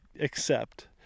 accept